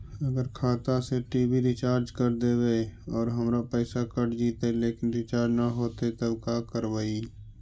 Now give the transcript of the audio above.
अगर खाता से टी.वी रिचार्ज कर देबै और हमर पैसा कट जितै लेकिन रिचार्ज न होतै तब का करबइ?